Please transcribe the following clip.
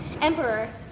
emperor